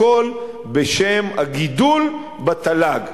הכול בשם הגידול בתל"ג.